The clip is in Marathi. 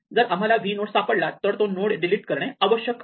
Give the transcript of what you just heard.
जर आम्हाला v नोड सापडला तर तो नोड डिलीट करणे आवश्यक आहे